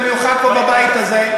במיוחד פה בבית הזה.